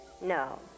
No